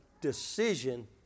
decision